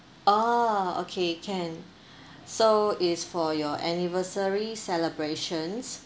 orh okay can so it's for your anniversary celebrations